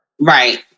Right